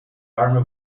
army